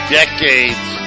decades